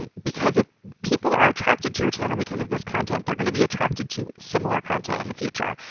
and because if people are attracted to your channel because of this content, they're going to be attracted to similar content in the future.